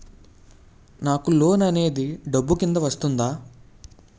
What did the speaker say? నాకు లోన్ అనేది డబ్బు కిందా వస్తుందా?